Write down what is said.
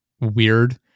weird